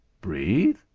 Breathe